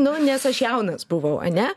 nu nes aš jaunas buvau ane